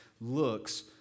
looks